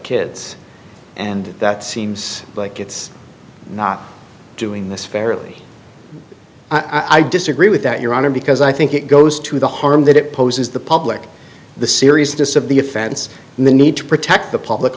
kids and that seems like it's not doing this fairly i disagree with that your honor because i think it goes to the harm that it poses the public the seriousness of the offense and the need to protect the public